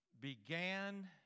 began